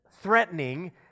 threatening